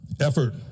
Effort